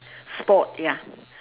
sport ya